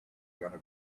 gonna